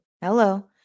hello